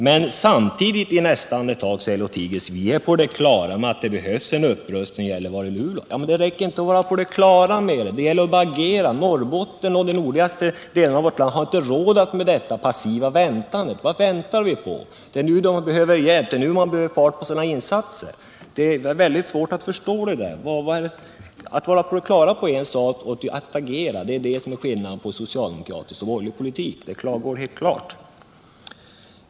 I nästa andetag säger herr Lohtigius att vi är på det klara med att det behövs en upprustning av sträckan Gällivare-Luleå. Men det räcker inte att vara på det klara med det, utan det gäller att agera. Norrbotten och de nordligaste delarna av vårt land har inte råd med detta passiva väntande. Vad väntar vi på? Det är nu man behöver hjälp — det är nu man behöver få fart på insatserna. Att ”vara på det klara med” är en sak, att agera är en annan. Det är det som är skillnaden mellan socialdemokratisk och borgerlig politik.